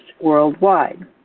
worldwide